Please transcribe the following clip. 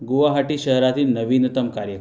गुवाहाटी शहरातील नवीनतम कार्य